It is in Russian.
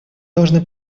должны